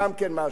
גם כן משהו.